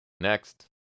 Next